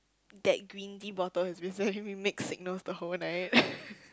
that green tea bottle has been sending me mixed signals the whole night